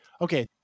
Okay